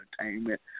entertainment